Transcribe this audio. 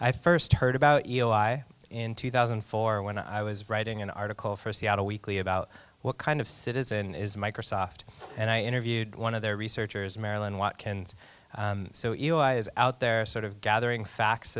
i first heard about in two thousand and four when i was writing an article for a seattle weekly about what kind of citizen is microsoft and i interviewed one of their researchers marilyn watkins is out there sort of gathering facts